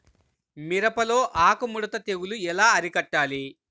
మిరపలో ఆకు ముడత తెగులు ఎలా అరికట్టాలి?